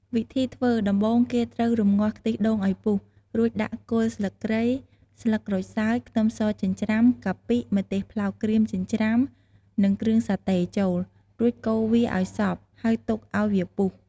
វិធីធ្វើ ដំបូងគេត្រូវរម្ងាស់ខ្ទិះដូងឱ្យពុះ រួចដាក់គល់ស្លឹកគ្រៃ ស្លឹកក្រូចសើច ខ្ទឹមសចិញ្ច្រាំ កាពិ ម្ទេសប្លោកក្រៀមចិញ្ច្រាំ និងគ្រឿងសាតេចូល រួចកូរវាឱ្យសព្វ ហើយទុកឱ្យវាពុះ។